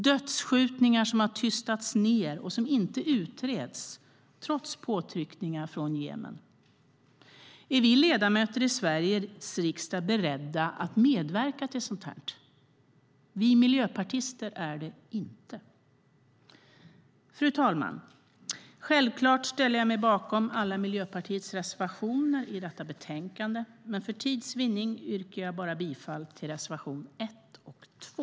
Det är dödsskjutningar som har tystats ned och som inte utreds, trots påtryckningar från Jemen. Är vi ledamöter i Sveriges riksdag beredda att medverka till sådant här? Vi miljöpartister är det inte. Fru talman! Självklart ställer jag mig bakom alla Miljöpartiets reservationer i detta betänkande, men för tids vinnande yrkar jag bifall bara till reservationerna 1 och 2.